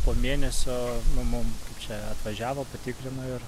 po mėnesio nu mum čia atvažiavo patikrino ir